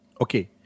Okay